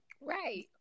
Right